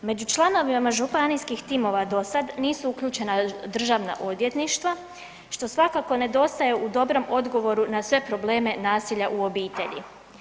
Među članovima županijskih timova do sada nisu uključena državna odvjetništva što svakako nedostaje u dobrom odgovoru na sve probleme nasilja u obitelji.